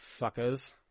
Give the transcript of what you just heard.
Fuckers